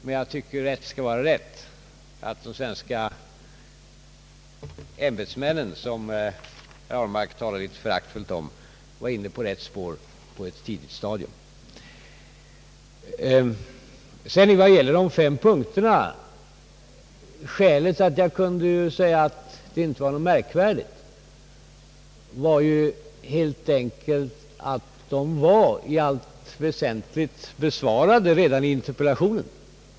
Men jag tycker att rätt skall vara rätt och att de svenska ämbetsmännen, som herr Ahlmark talade litet föraktfullt om, var inne på rätt spår på ett tidigt stadium. Skälet till att jag sade att de fem punkterna inte var någonting märkvärdigt var, att de i allt väsentligt hade behandlats redan i interpellationssvaret.